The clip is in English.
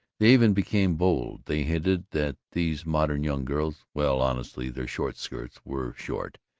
they even became bold. they hinted that these modern young girls, well, honestly, their short skirts were short.